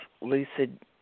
lucid